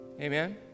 amen